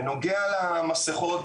בנוגע למסיכות,